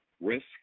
risk